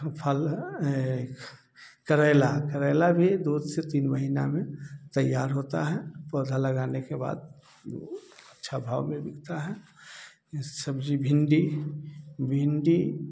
हम फल करेला करेला भी दो से तीन महीना में तैयार होता है पौधा लगाने के बाद अच्छा भाव में बिकता है सब्जी भिंडी भिंडी